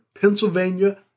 Pennsylvania